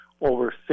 over